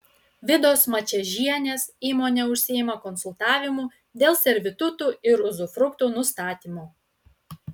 vidos mačiežienės įmonė užsiima konsultavimu dėl servitutų ir uzufruktų nustatymo